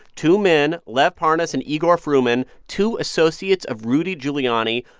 two men, lev parnas and igor fruman, two associates of rudy giuliani,